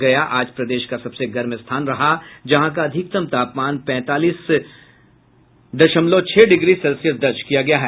गया आज प्रदेश का सबसे गर्म स्थान रहा जहां का अधिकतम तापमान तैंतालीस दशमलव छह डिग्री सेल्सियस दर्ज किया गया है